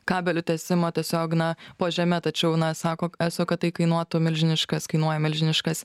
kabelių tiesimo tiesiog na po žeme tačiau na sako eso kad tai kainuotų milžiniškas kainuoja milžiniškas